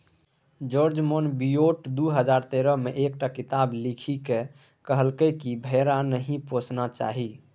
George Monbiot दु हजार तेरह मे एकटा किताप लिखि कहलकै कि भेड़ा नहि पोसना चाही